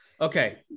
Okay